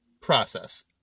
process